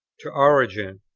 to origen,